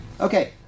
Okay